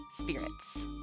Spirits